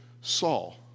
Saul